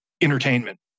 entertainment